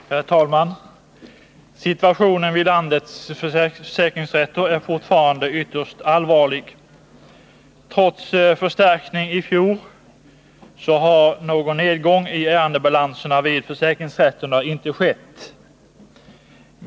Herr talman! Situationen vid landets försäkringsrätter är fortfarande ytterst allvarlig. Trots förstärkning i fjol har någon nedgång i ärendebalansen vid försäkringsrätterna inte skett.